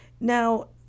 Now